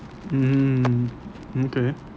mmhmm okay